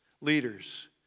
leaders